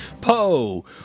Poe